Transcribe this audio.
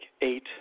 eight